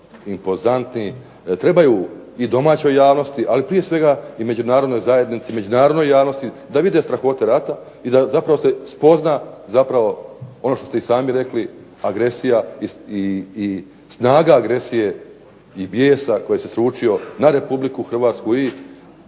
trebaju i domaćoj javnosti ali prije svega i međunarodnoj zajednici, međunarodnoj javnosti da vide strahote rata i da zapravo se spozna ono što ste i sami rekli agresija i snaga agresije i bijesa koji se sručio na Republiku Hrvatsku i